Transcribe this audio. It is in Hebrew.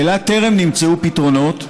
ולה טרם נמצאו פתרונות,